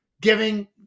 giving